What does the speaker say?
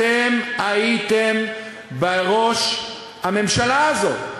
אתם הייתם בראש הממשלה הזו.